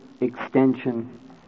extension